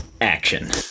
Action